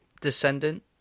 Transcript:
descendant